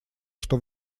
что